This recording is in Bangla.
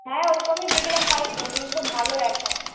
হ্যাঁ ওরকমই দেখলে হয় তো ভালো এখন